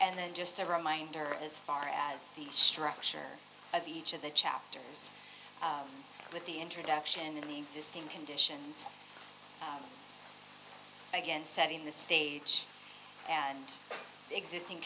and then just a reminder as far as the structure of each of the chapters with the introduction of the existing conditions again setting the stage and the existing